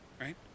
right